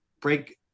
break